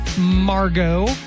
Margot